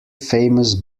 famous